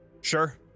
Sure